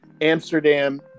Amsterdam